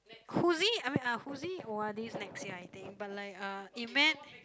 Huzi I mean uh Huzi's o_r_d is next year I think but like uh it meant